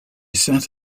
sat